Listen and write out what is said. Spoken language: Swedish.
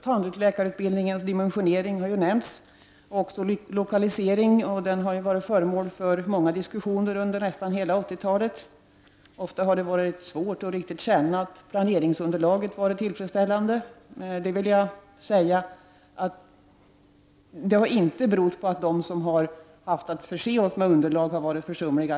Tandläkarutbildningens dimensionering och också lokalisering, som tidigare har nämnts, har varit föremål för många diskussioner under nästan hela 80-talet. Ofta har det varit svårt att riktigt känna att planeringsunderlaget varit tillfredsställande. Detta, vill jag säga, har inte berott på att de som har haft till uppgift att förse oss med underlag varit försumliga.